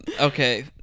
okay